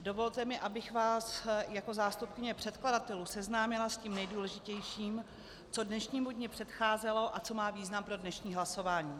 Dovolte mi, abych vás jako zástupkyně předkladatelů seznámila s tím nejdůležitějším, co dnešnímu dni předcházelo a co má význam pro dnešní hlasování.